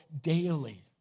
daily